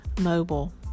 mobile